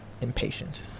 impatient